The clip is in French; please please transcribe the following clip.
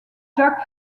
jack